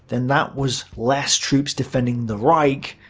then that was less troops defending the reich,